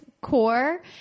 core